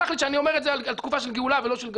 ותסלח לי שאני אומר את זה על תקופה של גאולה ולא של גלות.